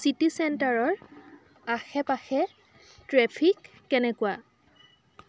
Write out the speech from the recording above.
city চেণ্টাৰৰ আশে পাশে ট্ৰেফিক কেনেকুৱা